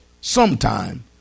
sometime